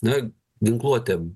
na ginkluotė